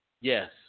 Yes